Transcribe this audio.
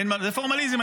זה פורמליזם,